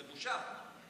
זו בושה.